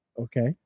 Okay